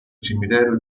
cimitero